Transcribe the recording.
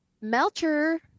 Melcher